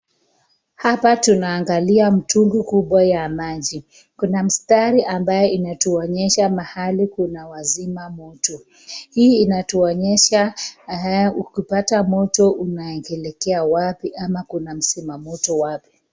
Hapa tunaangalia mtungi kubwa ya maji. Kuna mstari ambayo inatuonyesha mahali kuna wazima moto . Hii inatuonyesha ukipata moto unaelekea wapi au kuna mzima moto wapi.